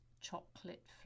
chocolate